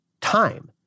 time